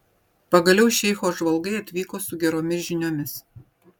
pagaliau šeicho žvalgai atvyko su geromis žiniomis